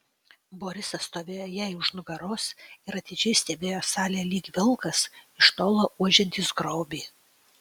borisas stovėjo jai už nugaros ir atidžiai stebėjo salę lyg vilkas iš tolo uodžiantis grobį